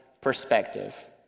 perspective